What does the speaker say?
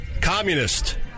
communist